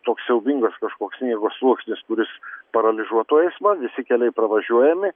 toks siaubingas kažkoks sniego sluoksnis kuris paralyžuotų eismą visi keliai pravažiuojami